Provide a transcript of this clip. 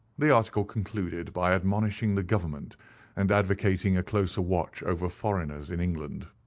the article concluded by admonishing the government and advocating a closer watch over foreigners in england.